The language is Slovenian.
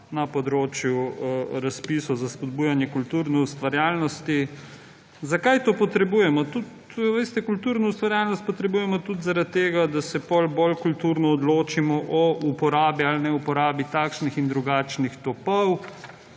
na področju razpisov za spodbujanje kulturne ustvarjalnosti. Zakaj to potrebujemo? Veste, kulturno ustvarjalnost potrebujemo tudi zaradi tega, da se potem bolj kulturno odločimo o uporabi ali neuporabi takšnih in drugačnih topov